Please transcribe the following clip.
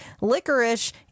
licorice